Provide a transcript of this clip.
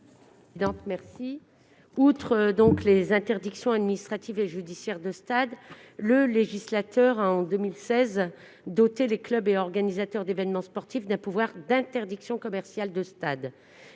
2016, outre les interdictions administratives et judiciaires de stade, le législateur a doté les clubs et organisateurs d'événements sportifs d'un pouvoir d'interdiction commerciale de stade.